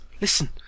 listen